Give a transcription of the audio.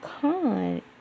con